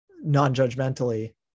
non-judgmentally